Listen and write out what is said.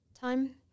time